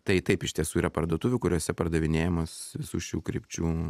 tai taip iš tiesų yra parduotuvių kuriose pardavinėjamos visų šių krypčių